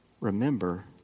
remember